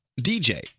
DJ